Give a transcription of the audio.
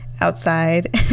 outside